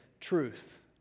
truth